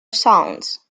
sounds